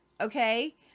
Okay